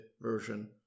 version